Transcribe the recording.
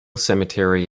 cemetery